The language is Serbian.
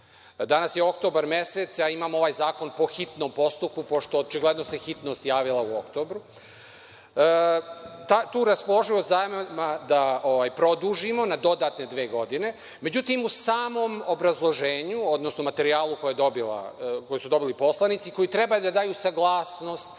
danas je oktobar mesec a imamo ovaj zakon po hitnom postupku, pošto očigledno se hitnost javila u oktobru. Tu raspoloživost zajma da produžimo na dodatne dve godine.Međutim u samom obrazloženju, odnosno materijalu koji su dobili poslanici, koji treba da daju saglasnost